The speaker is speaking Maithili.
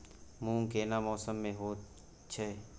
मूंग केना मौसम में होय छै?